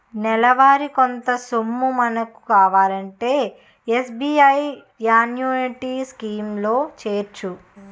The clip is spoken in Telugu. నెలవారీ కొంత సొమ్ము మనకు కావాలంటే ఎస్.బి.ఐ యాన్యుటీ స్కీం లో చేరొచ్చు